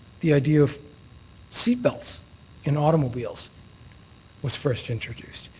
the idea of seat belts in automobiles was first introduced.